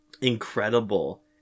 incredible